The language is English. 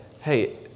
hey